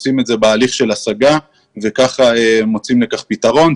עושים את זה בהליך של השגה וכך מוצאים לכך פתרון.